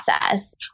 process